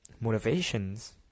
motivations